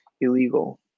illegal